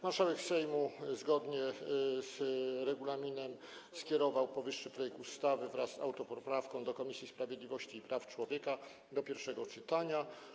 Marszałek Sejmu zgodnie z regulaminem skierował powyższy projekt ustawy wraz z autopoprawką do Komisji Sprawiedliwości i Praw Człowieka do pierwszego czytania.